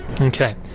Okay